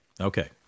Okay